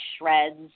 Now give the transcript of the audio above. shreds